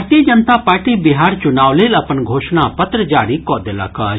भारतीय जनता पार्टी बिहार चुनाव लेल अपन घोषणा पत्र जारी कऽ देलक अछि